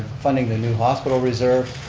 funding the new hospital reserve,